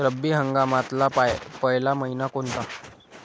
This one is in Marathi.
रब्बी हंगामातला पयला मइना कोनता?